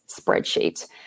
spreadsheet